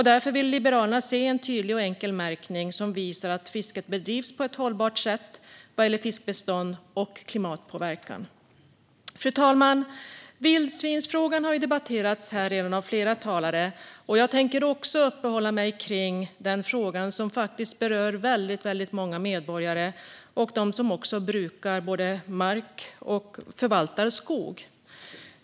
Därför vill Liberalerna se en tydlig och enkel märkning som visar att fisket bedrivs på ett hållbart sätt vad gäller fiskbestånd och klimatpåverkan. Fru talman! Vildsvinsfrågan har tagits upp i debatten av flera talare, och jag tänker också uppehålla mig vid den fråga som faktiskt berör många medborgare, bland annat de som brukar mark och förvaltar skog.